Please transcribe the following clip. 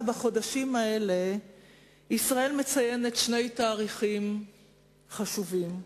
בחודשים האלה ישראל מציינת שני תאריכים חשובים,